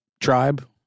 tribe